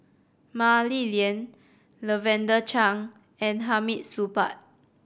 Mah Li Lian Lavender Chang and Hamid Supaat